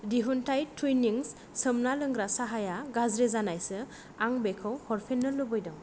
दिहुनथाइ थुइनिंस सोमना लोंग्रा साहाया गाज्रि जानायसो आं बेखौ हरफिन्नो लुबैदों